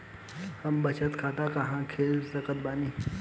हम बचत खाता कहां खोल सकत बानी?